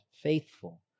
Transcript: faithful